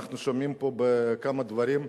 ואנחנו שומעים פה כמה דברים,